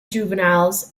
juveniles